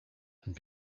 and